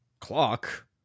Clock